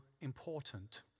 important